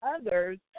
others